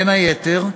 בין היתר,